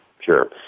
sure